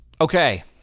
Okay